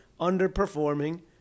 underperforming